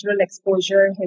exposure